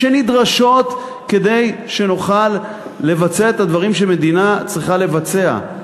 שנדרשות כדי שנוכל לבצע את הדברים שמדינה צריכה לבצע.